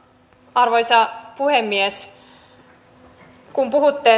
arvoisa puhemies kun puhutte